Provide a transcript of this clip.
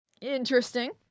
Interesting